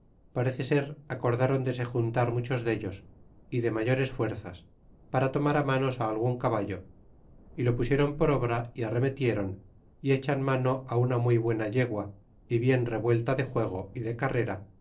parece ser acordron de se juntar muchos dellos y de mayores fuerzas para tomar á manos algun caballo y lo pusiéron por obra y arremetieron y echan mano una muy buena yegua y bien revuelta de juego y de carrera